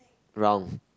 wrong